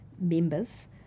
members